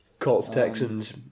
Colts-Texans